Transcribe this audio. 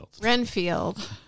Renfield